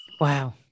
Wow